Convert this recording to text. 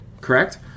correct